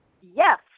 Yes